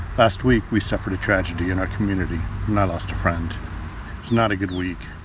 last week, we suffered a tragedy in our community and i lost a friend. it's not a good week.